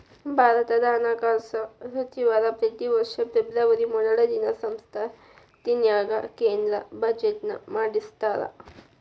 ಭಾರತದ ಹಣಕಾಸ ಸಚಿವರ ಪ್ರತಿ ವರ್ಷ ಫೆಬ್ರವರಿ ಮೊದಲ ದಿನ ಸಂಸತ್ತಿನ್ಯಾಗ ಕೇಂದ್ರ ಬಜೆಟ್ನ ಮಂಡಿಸ್ತಾರ